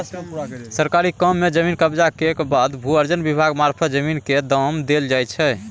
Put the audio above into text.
सरकारी काम मे जमीन कब्जा केर बाद भू अर्जन विभाग मारफत जमीन केर दाम देल जाइ छै